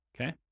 okay